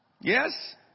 Yes